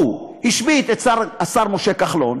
הוא השבית את השר משה כחלון,